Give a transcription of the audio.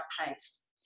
pace